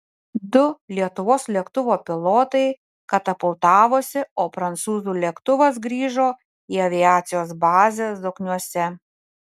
du lietuvos lėktuvo pilotai katapultavosi o prancūzų lėktuvas grįžo į aviacijos bazę zokniuose